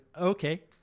Okay